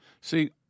See